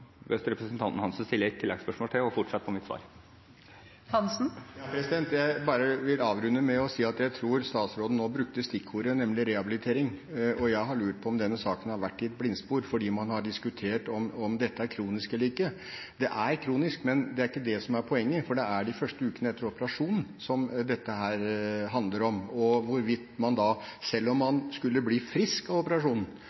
hvis representanten Hansen stiller et oppfølgingsspørsmål til – å fortsette på mitt svar. Jeg vil bare avrunde med å si at jeg tror statsråden nå brukte stikkordet, nemlig rehabilitering. Jeg har lurt på om denne saken har vært i et blindspor fordi man har diskutert om dette er kronisk eller ikke. Det er kronisk, men det er ikke det som er poenget, for det er de første ukene etter operasjonen dette handler om. Selv om man